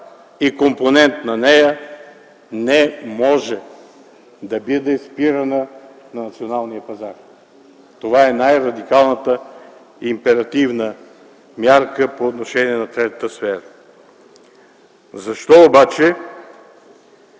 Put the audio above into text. и компонент на нея, не може да бъде спирана на националния пазар. Това е най-радикалната императивна мярка по отношение на третата сфера. Защо обаче